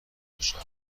تاشب